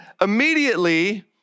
immediately